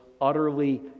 utterly